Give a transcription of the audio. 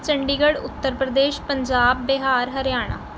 Chandigarh Uttar Pradesh Punjab Bihar Haryana